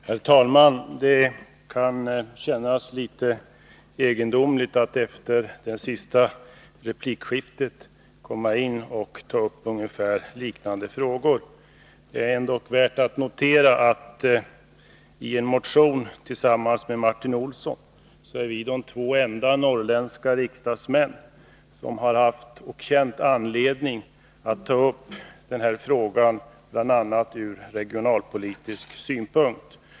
Herr talman! Det kan kännas litet egendomligt att efter det senaste replikskiftet komma in och ta upp ungefär liknande frågor. Det är ändock värt att notera att motionen av Martin Olsson och mig visar att vi är de två enda norrländska riksdagsmän som har haft och känt anledning att ta upp den här frågan, bl.a. ur regionalpolitisk synpunkt.